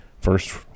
First